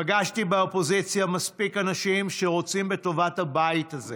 פגשתי באופוזיציה מספיק אנשים שרוצים בטובת הבית הזה